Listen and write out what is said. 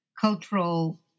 cultural